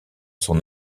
son